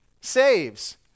saves